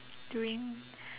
during